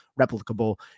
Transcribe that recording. replicable